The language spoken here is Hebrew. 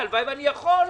הלוואי שאני יכול.